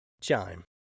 Chime